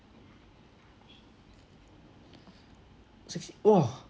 six !wah!